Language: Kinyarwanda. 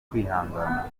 ukwihangana